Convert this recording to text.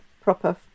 proper